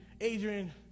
Adrian